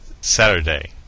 Saturday